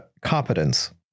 competence